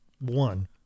one